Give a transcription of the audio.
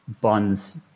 bonds